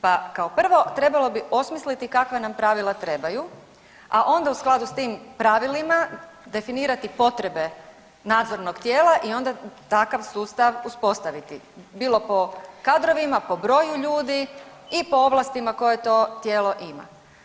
Pa kao prvo trebalo bi osmisliti kakva nam pravila trebaju, a onda u skladu s tim pravilima definirati potrebe nadzornog tijela i onda takav sustav uspostaviti bilo po kadrovima, po broju ljudi i po ovlastima koje to tijelo ima.